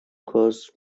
cause